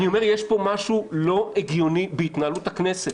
אני אומר שיש משהו לא הגיוני בהתנהלות הכנסת,